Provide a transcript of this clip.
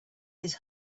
his